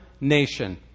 nation